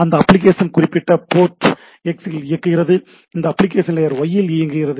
இந்த அப்ளிகேஷன் குறிப்பிட்ட port X இல் இயங்குகிறது இந்த அப்ளிகேஷன் போர்ட் Y இல் இயங்குகிறது